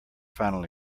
final